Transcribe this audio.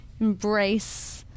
embrace